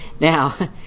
now